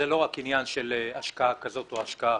זה לא רק עניין של השקעה כזאת או אחרת,